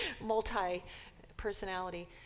multi-personality